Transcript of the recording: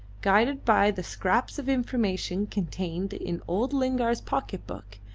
guided by the scraps of information contained in old lingard's pocket book,